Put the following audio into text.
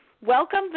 Welcome